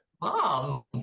Mom